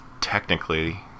technically